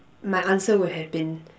my answer would have been